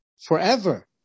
forever